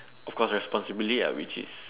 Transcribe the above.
of course responsibly which is